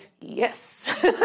yes